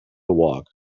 walk